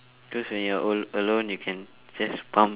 cause when you're al~ alone you can just pump